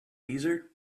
deezer